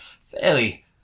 fairly